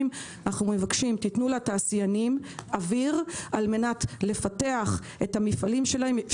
אנו מבקשים שתיתנו לתעשיינים אוויר כדי לפתח את המפעלים שלהם.